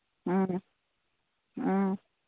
ꯎꯝ ꯑꯥ